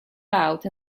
out